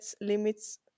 limits